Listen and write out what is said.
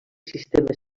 sistema